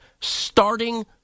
starting